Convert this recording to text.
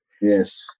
Yes